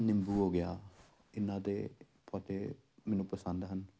ਨਿੰਬੂ ਹੋ ਗਿਆ ਇਹਨਾਂ ਦੇ ਪੌਦੇ ਮੈਨੂੰ ਪਸੰਦ ਹਨ